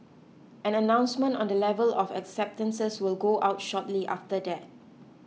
an announcement on the level of acceptances will go out shortly after that